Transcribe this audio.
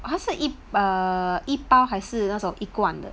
他是一 err 一包还是那种一罐的